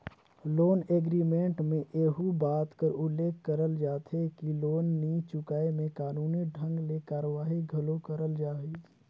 loan agreement में एहू बात कर उल्लेख करल जाथे कि लोन नी चुकाय में कानूनी ढंग ले कारवाही घलो करल जाही